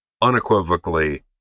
unequivocally